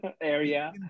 area